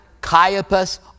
Caiaphas